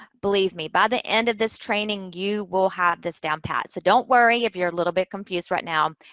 believe me, by the end of this training, you will have this down pat. so, don't worry if you're a little bit confused right now.